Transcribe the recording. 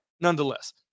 nonetheless